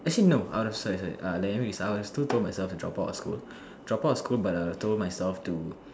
actually no I would have sorry sorry err anyways I would still told myself to drop out of school drop out of school but I would have told myself too